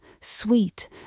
sweet